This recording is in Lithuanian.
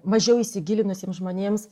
mažiau įsigilinusiems žmonėms